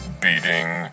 beating